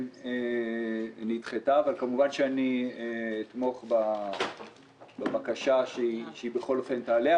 נדחתה אבל כמובן שאני אתמוך בבקשה כשהיא תעלה.